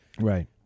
Right